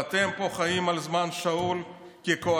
ואתם פה חיים על זמן שאול כקואליציה,